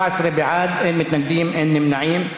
17 בעד, אין מתנגדים ואין נמנעים.